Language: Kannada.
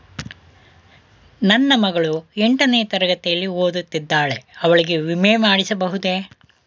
ನನ್ನ ಮಗಳು ಎಂಟನೇ ತರಗತಿಯಲ್ಲಿ ಓದುತ್ತಿದ್ದಾಳೆ ಅವಳಿಗೆ ವಿಮೆ ಮಾಡಿಸಬಹುದೇ?